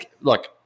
look